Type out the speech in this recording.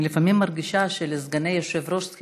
אני לפעמים מרגישה שלסגני יושב-ראש צריך